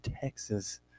Texas